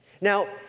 Now